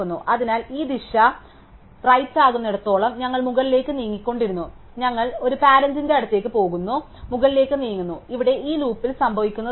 അതിനാൽ ഈ ദിശ റൈറ്റാകുന്നിടത്തോളം ഞങ്ങൾ മുകളിലേക്ക് നീങ്ങിക്കൊണ്ടിരിക്കുന്നു ഞങ്ങൾ ഒരു പാരന്റ് അടുത്തേക്ക് പോകുന്നു ഞങ്ങൾ മുകളിലേക്ക് നീങ്ങുന്നു അതിനാൽ ഇവിടെ ഈ ലൂപ്പിൽ സംഭവിക്കുന്നത് അതാണ്